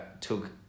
took